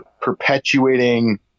perpetuating